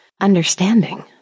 understanding